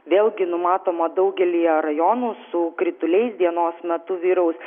vėlgi numatoma daugelyje rajonų su krituliais dienos metu vyraus